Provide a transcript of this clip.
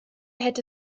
hätte